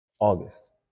August